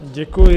Děkuji.